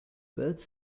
birds